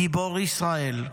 גיבור ישראל,